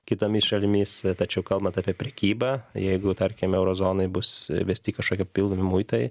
kitomis šalimis tačiau kalbant apie prekybą jeigu tarkime euro zonai bus įvesti kažkokie papildomi muitai